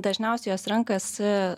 dažniausiai jos renkasi